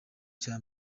cya